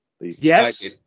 Yes